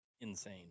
insane